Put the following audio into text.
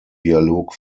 dialog